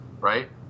right